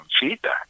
feedback